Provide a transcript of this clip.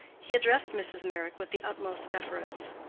he addressed mrs. meyrick with the utmost deference.